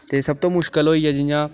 ते सब तू मुश्कल होई गेआ जि'यां